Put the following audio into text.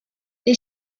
they